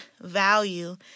value